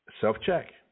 Self-check